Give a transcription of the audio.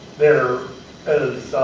there is